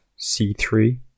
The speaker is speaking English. c3